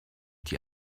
die